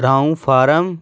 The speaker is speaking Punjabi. ਟਰਾਉਂਫਾਰਮ